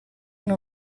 non